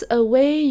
away